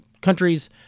countries –